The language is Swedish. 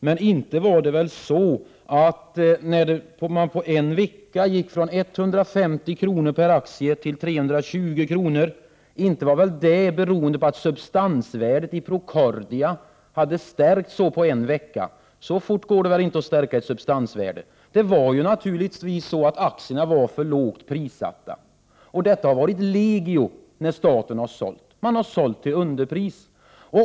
Men att man på en vecka gick från 150 kronor per aktie till 320 kr., inte berodde väl det på att substansvärdet i Procordia hade stärkts så på en vecka? Så fort går det inte att stärka ett substansvärde. Aktierna var naturligtvis för lågt prissatta. Detta har varit legio när staten har sålt, man har sålt till underpris.